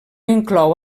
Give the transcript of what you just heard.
inclou